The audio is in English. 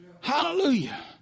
Hallelujah